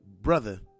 brother